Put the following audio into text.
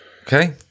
Okay